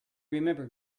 remember